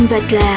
Butler